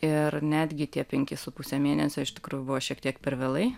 ir netgi tie penki su puse mėnesio iš tikrųjų buvo šiek tiek per vėlai